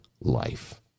life